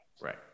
Right